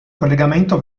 collegamento